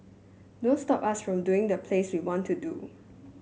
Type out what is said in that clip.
don't stop us from doing the plays we want to do